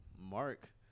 Mark